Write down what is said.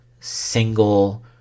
single